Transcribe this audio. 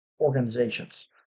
organizations